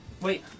Wait